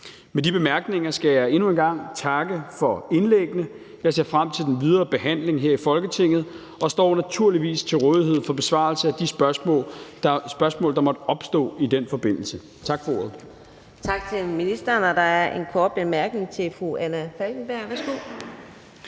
Med de bemærkninger skal jeg endnu en gang takke for indlæggene. Jeg ser frem til den videre behandling her i Folketinget og står naturligvis til rådighed for besvarelse af de spørgsmål, der måtte opstå i den forbindelse. Tak for ordet.